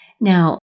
Now